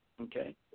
Okay